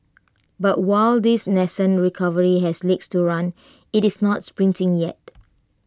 but while this nascent recovery has legs to run IT is not sprinting yet